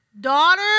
daughter